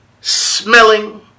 smelling